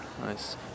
nice